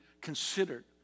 considered